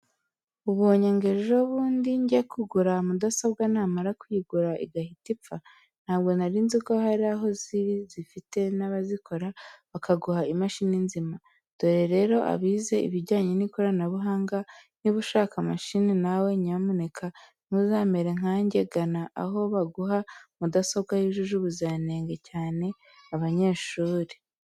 Ubonye ngo ejobundi njye kugura mudasobwa namara kuyigura igahita ipfa, ntabwo narinzi ko hari aho ziri zifite n'abazikora bakaguha imashini nzima, dore rero abize ibijyanye n'ikoranabuhanga, niba ushaka mashini nawe nyamuneka ntuzamere nkanjye, gana aho baguha mudasobwa yujuje ubuziranenge cyane abanyeshuri.